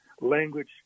language